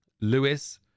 Lewis